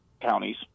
counties